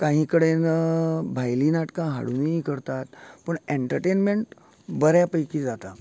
काही कडेन भायली नाटकां हाडूनीय करतात पूण एन्टरटेन्मेंट बऱ्या पेकी जाता